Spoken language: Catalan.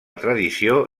tradició